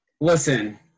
Listen